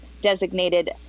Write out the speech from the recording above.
designated